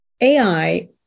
AI